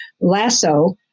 lasso